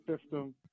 system